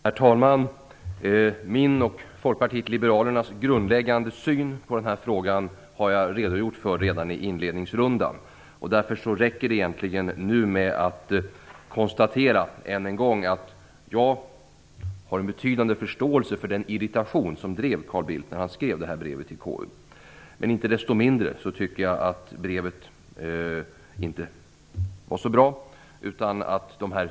Herr talman! Min och folkpartiet liberalernas grundläggande syn på den här frågan har jag redan redogjort för. Därför räcker det nu med att jag konstaterar att jag har stor förståelse för den irritation som drev Carl Bildt att skriva brevet till KU. Men jag tycker ändå inte att det var bra.